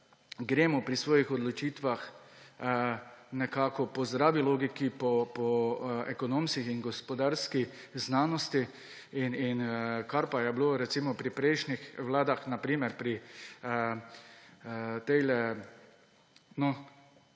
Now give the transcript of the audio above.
gremo pri svojih odločitvah nekako po zdravi logiki, po ekonomski in gospodarski znanosti. Kar pa je bilo, recimo, pri prejšnjih vladah, na primer pri bivši